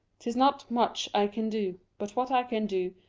tis not much i can do but what i can do,